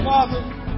Father